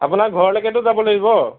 আপোনাৰ ঘৰলৈকেতো যাব লাগিব